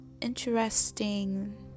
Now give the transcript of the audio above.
interesting